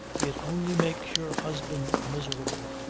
it only makes your husband miserable.